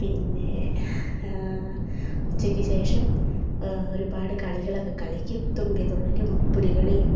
പിന്നെ ഉച്ചക്ക് ശേഷം ഒരുപാട് കളികളൊക്കെ കളിക്കും തുമ്പി തുള്ളലും പുലികളിയും